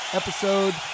episode